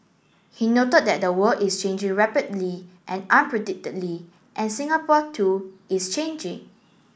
he noted that the world is changing rapidly and and Singapore too is changing